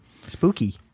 Spooky